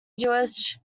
jewish